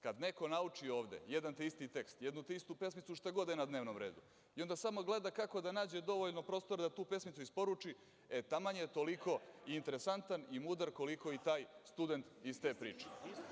Kad neko nauči ovde jedan te isti tekst, jednu te istu pesmicu šta god da je na dnevnom redu i onda samo gleda kako da nađe dovoljno prostora da tu pesmicu isporuči – jer taman je toliko interesantan i mudar koliko i taj student iz te priče.